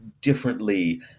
differently